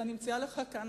ואני מציעה לך כאן,